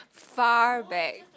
far back